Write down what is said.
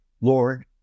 Lord